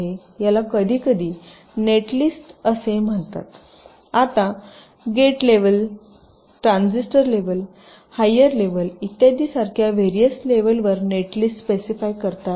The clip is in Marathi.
याला कधीकधी नेटलिस्ट असे म्हणतात आता gate level transistor level higher level इत्यादी सारख्या व्हेरियस लेव्हलवर नेटलिस्ट स्पेसिफाय करता येते